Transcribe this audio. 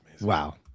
Wow